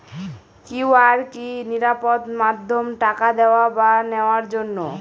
QR কি নিরাপদ মাধ্যম টাকা দেওয়া বা নেওয়ার জন্য?